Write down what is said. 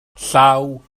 llaw